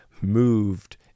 moved